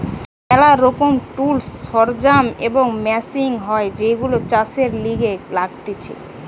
ম্যালা রকমের টুলস, সরঞ্জাম আর মেশিন হয় যেইগুলো চাষের লিগে লাগতিছে